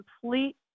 complete